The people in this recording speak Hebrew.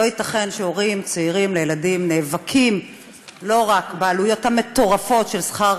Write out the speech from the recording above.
לא ייתכן שהורים צעירים לילדים נאבקים לא רק בעלויות המטורפות של שכר